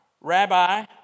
Rabbi